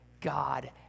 God